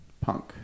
punk